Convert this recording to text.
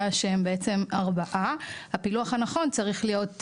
שהם בעצם 4. הפילוח הנכון צריך להיות,